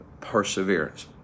perseverance